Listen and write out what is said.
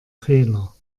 fehler